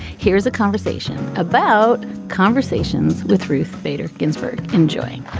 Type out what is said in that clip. here's a conversation about conversations with ruth bader ginsburg enjoying